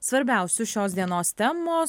svarbiausių šios dienos temos